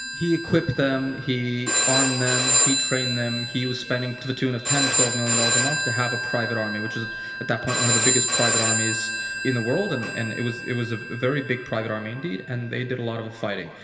he equipped them. he armed them. he trained them. he was spending to the tune of ten to twelve million dollars a month to have a private army, which is at that point one of the biggest private armies in the world, and and it was it was a very big private army, indeed. and they did a lot of of fighting.